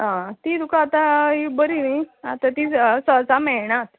आं तीं तुका आतां हीं बरी नी आतां ती मेळनात